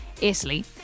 Italy